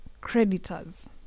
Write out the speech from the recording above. creditors